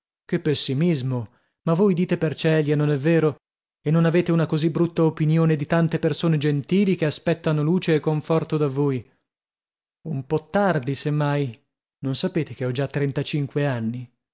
che pessimismo ma voi dite per celia non è vero e non avete una così brutta opinione di tante persone gentili che aspettano luce e conforto da voi un po tardi se mai non sapete che ho già trentacinque anni